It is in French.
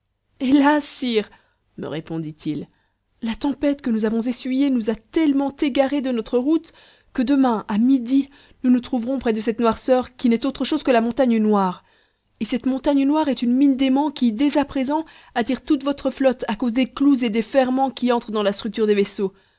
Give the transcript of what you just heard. hélas sire me répond-il la tempête que nous avons essuyée nous a tellement égarés de notre route que demain à midi nous nous trouverons près de cette noirceur qui n'est autre chose que la montagne noire et cette montagne noire est une mine d'aimant qui dès à présent attire toute votre flotte à cause des clous et des ferrements qui entrent dans la structure des vaisseaux